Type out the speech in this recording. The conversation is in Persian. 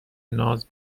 ناز